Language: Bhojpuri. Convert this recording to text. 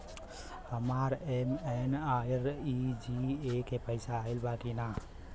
हमार एम.एन.आर.ई.जी.ए के पैसा आइल बा कि ना?